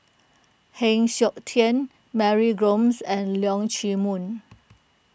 Heng Siok Tian Mary Gomes and Leong Chee Mun